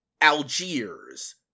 Algiers